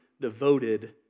devoted